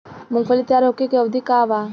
मूँगफली तैयार होखे के अवधि का वा?